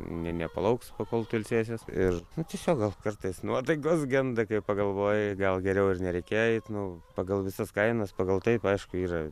ne nepalauks kol tu ilsėsies ir nu tiesiog gal kartais nuotaikos genda kai pagalvoji gal geriau ir nereikėjo eiti nu pagal visas kainas pagal taip aišku yra